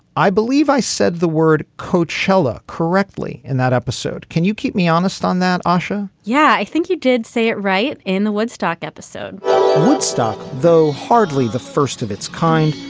i believe i said the word coachella correctly in that episode. can you keep me honest on that, asha? yeah, i think you did say it right in the woodstock episode woodstock, though hardly the first of its kind,